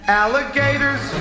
alligators